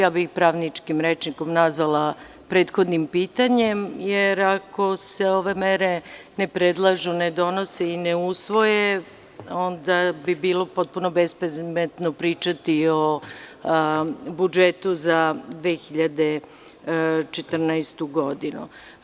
Ja bih pravničkim rečnikom nazvala prethodnim pitanjem, jer ako se ove mere ne predlažu, ne donose i ne usvoje, onda bi bilo potpuno bespredmetno pričati i o budžetu za 2014. godinu.